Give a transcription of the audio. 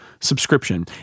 subscription